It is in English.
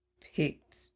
picked